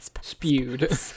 spewed